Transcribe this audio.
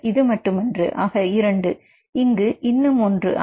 இது மட்டுமன்று ஆக 2 இங்கு இன்னும் ஒன்று ஆக 3